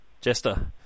Jester